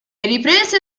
riprese